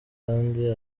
kandi